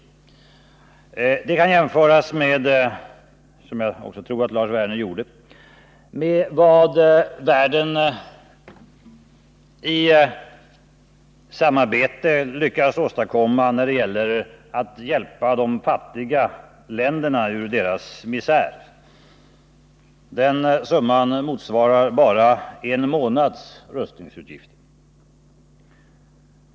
Detta kan jämföras med, såsom jag tror att Lars Werner också gjorde, vad världens länder i samarbete lyckats åstadkomma för att hjälpa de fattiga folken ur deras misär — summan av dessa hjälpinsatser motsvarar inte 189 mer än en månads rustningsutgifter.